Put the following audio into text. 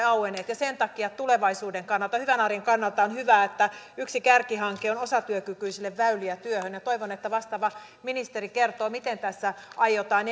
auenneet ja sen takia tulevaisuuden kannalta hyvän arjen kannalta on hyvä että yksi kärkihanke on osatyökykyisille väyliä työhön toivon että vastaava ministeri kertoo miten tässä aiotaan